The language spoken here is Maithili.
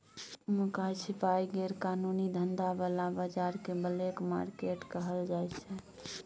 नुकाए छिपाए गैर कानूनी धंधा बला बजार केँ ब्लैक मार्केट कहल जाइ छै